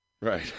Right